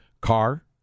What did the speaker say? car